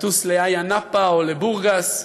לטוס לאיה-נאפה, או לבורגס,